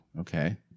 okay